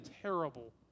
terrible